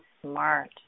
smart